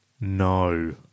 No